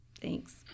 Thanks